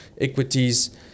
equities